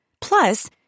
Plus